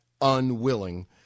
unwilling